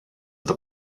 with